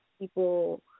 people